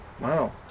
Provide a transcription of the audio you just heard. Wow